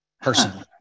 personally